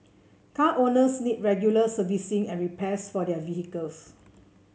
car owners need regular servicing and repairs for their vehicles